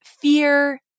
fear